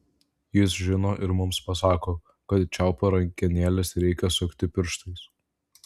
jis žino ir mums pasako kad čiaupo rankenėles reikia sukti pirštais